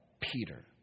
Peter